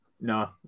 No